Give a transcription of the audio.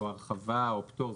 או הרחבה או פתור,